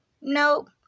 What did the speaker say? Nope